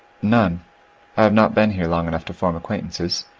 none i have not been here long enough to form acquaintances.